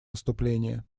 выступление